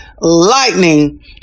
lightning